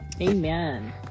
Amen